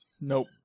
Nope